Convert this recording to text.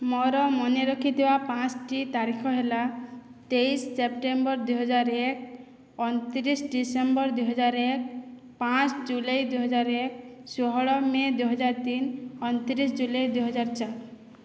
ମୋର ମନେରଖିଥିବା ପାଞ୍ଚଟି ତାରିଖ ହେଲା ତେଇଶ ସେପ୍ଟେମ୍ବର ଦୁଇହଜାର ଏକ ଅଣତିରିଶ ଡିସେମ୍ବର ଦୁଇହଜାର ଏକ ପାଞ୍ଚ ଜୁଲାଇ ଦୁଇହଜାର ଏକ ଷୋହଳ ମେ' ଦୁଇହଜାର ତିନି ଅଣତିରିଶି ଜୁଲାଇ ଦୁଇହଜାର ଚାରି